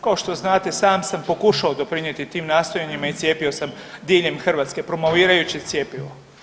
Kao što znate sam sam pokušao doprinijeti tim nastojanjima i cijepio sam diljem Hrvatske promovirajući cjepivo.